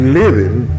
living